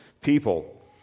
people